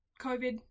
COVID